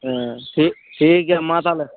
ᱦᱮᱸ ᱴᱷᱤᱠ ᱴᱷᱤᱠ ᱜᱮᱭᱟ ᱢᱟ ᱛᱟᱦᱚᱞᱮ